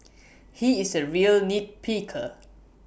he is A real nit picker